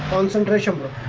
on the conditional